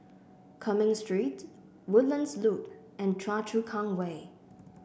Cumming Street Woodlands Loop and Choa Chu Kang Way